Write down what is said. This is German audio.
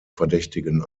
verdächtigen